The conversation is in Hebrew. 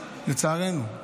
לצערנו.